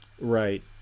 Right